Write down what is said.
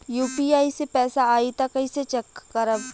UPI से पैसा आई त कइसे चेक करब?